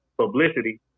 publicity